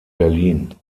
berlin